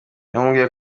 yamubwiye